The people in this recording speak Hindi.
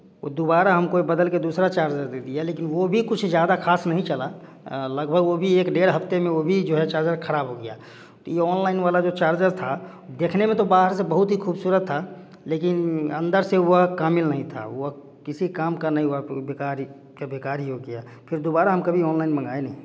वो दोबारा हमको ये बदल के दूसरा चार्जर दे दिया लेकिन वो भी कुछ ज़्यादा खास नहीं चला लगभग वो भी एक डेढ़ हफ्ते में वो भी जो है चार्जर खराब हो गया तो ये ऑनलाइन वाला जो चार्जर था देखने में तो बाहर से बहुत ही खूबसूरत था लेकिन अंदर से वह कामिल नहीं था वह किसी काम का वह बेकार ही क बेकार ही हो गया फिर दोबारा हम कभी ऑनलाइन मंगाए नहीं